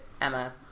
Emma